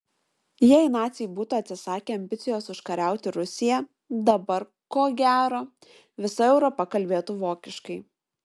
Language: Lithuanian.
jei naciai būtų atsisakę ambicijos užkariauti rusiją dabar ko gero visa europa kalbėtų vokiškai